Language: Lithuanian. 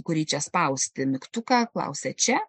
kurį čia spausti mygtuką klausia čia